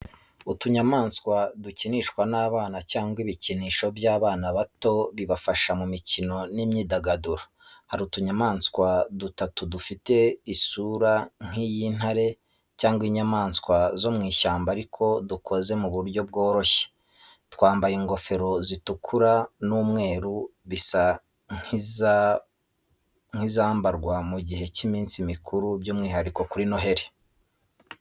Utunyamaswa dukinishwa n’abana cyangwa ibikinisho by'abana bato bibafasha mu mikino n'imyidagaduro. Hari utunyamaswa dutatu dufite isura nk’iy’intare cyangwa inyamanswa zo mu ishyamba ariko dukoze ku buryo bworoshye. Twambaye ingofero zitukura n'umweru bisa nk’izambarwa mu gihe cy’iminsi mikuru byumwihariko muri noheli.